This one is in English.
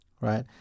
right